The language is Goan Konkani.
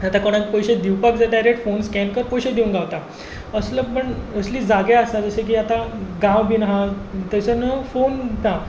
आतां कोणाक पयशे दिवपाक जाय डायरेक्ट फोन स्कॅन कर पयशे दिवंक गावता असले पूण असले जागे आसा जशे की आतां गांव बी आसा थंय सर न्हय फोन दिता